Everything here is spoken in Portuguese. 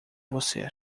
você